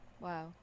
wow